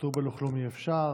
פטור בלא כלום אי-אפשר.